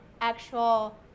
actual